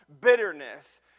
Bitterness